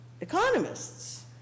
economists